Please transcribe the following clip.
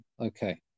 Okay